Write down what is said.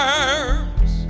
arms